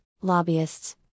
Lobbyists